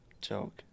joke